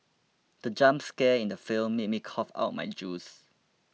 the jump scare in the film made me cough out my juice